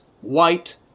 white